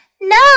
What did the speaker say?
No